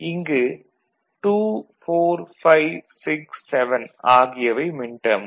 இங்கே 2 4 5 6 7 ஆகியவை மின்டேர்ம்கள்